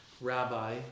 rabbi